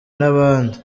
n’abandi